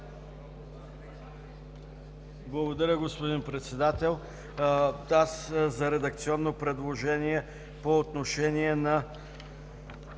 Благодаря, господин Председател. Имам редакционно предложение по отношение на